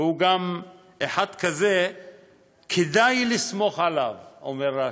והוא גם אחד כזה שכדאי לסמוך עליו, אומר רש"י,